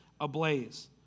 ablaze